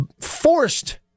forced